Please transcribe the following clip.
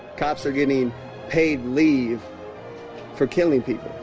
cops are getting paid leave for killing people.